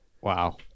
Wow